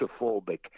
claustrophobic